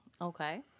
Okay